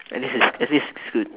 at least it's at least it's good